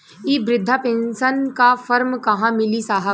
इ बृधा पेनसन का फर्म कहाँ मिली साहब?